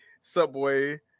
Subway